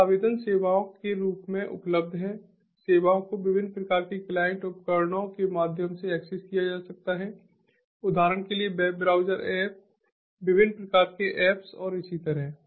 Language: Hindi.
तो आवेदन सेवाओं के रूप में उपलब्ध हैं सेवाओं को विभिन्न प्रकार के क्लाइंट उपकरणों के माध्यम से एक्सेस किया जा सकता है उदाहरण के लिए वेब ब्राउज़र ऐप विभिन्न प्रकार के ऐप्स और इसी तरह